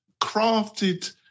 crafted